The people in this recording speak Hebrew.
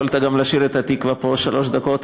יכולת גם לשיר את "התקווה" פה שלוש דקות,